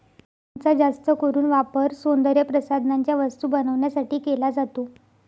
पामचा जास्त करून वापर सौंदर्यप्रसाधनांच्या वस्तू बनवण्यासाठी केला जातो